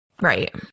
Right